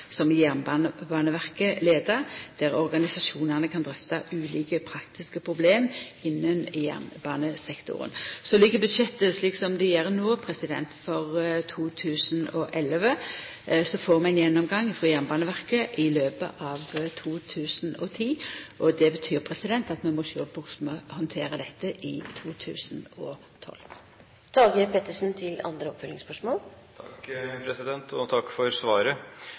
som Jernbaneverket leier, der organisasjonane kan drøfta ulike praktiske problem innan jernbanesektoren. Budsjettet for 2011 ligg slik det gjer. Så får vi ein gjennomgang frå Jernbaneverket i løpet av 2010. Det betyr at vi må sjå på korleis vi handterer dette i 2012. Takk for svaret. I budsjettet for 2011 er det foreslått totalt 250 mill. til stasjoner og